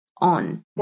on